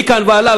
מכאן והלאה,